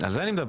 על אני מדבר.